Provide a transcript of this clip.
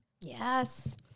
Yes